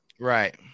Right